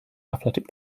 athletic